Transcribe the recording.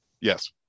Yes